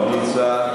לא נמצא.